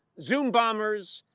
zoom bombers,